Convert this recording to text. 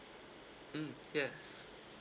mm yes